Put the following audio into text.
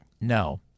No